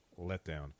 letdown